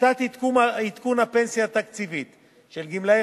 שיטת עדכון הפנסיה התקציבית של גמלאי